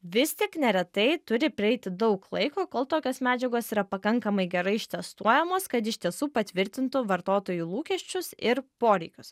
vis tik neretai turi praeiti daug laiko kol tokios medžiagos yra pakankamai gerai ištestuojamos kad iš tiesų patvirtintų vartotojų lūkesčius ir poreikius